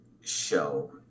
show